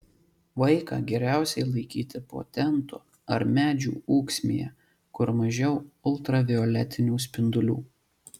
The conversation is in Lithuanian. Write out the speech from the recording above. vaiką geriausiai laikyti po tentu ar medžių ūksmėje kur mažiau ultravioletinių spindulių